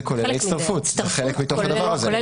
זה כולל ההצטרפות, זה חלק מתוך הדבר הזה.